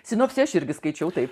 sinopsį aš irgi skaičiau taip